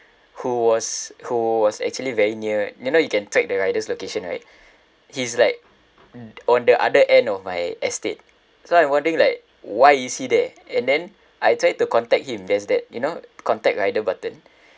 who was who was actually very near you know you can track the rider's location right he's like on the other end of my estate so I'm wondering like why is he there and then I tried to contact him there's that you know contact rider button